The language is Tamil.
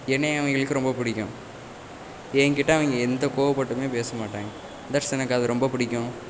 என்னை அவங்களுக்கு ரொம்ப பிடிக்கும் எங்கிட்ட அவங்க எந்த கோபப்பட்டுமே பேச மாட்டாங்க தட்ஸ் எனக்கு அது ரொம்ப பிடிக்கும்